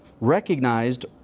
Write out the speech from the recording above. recognized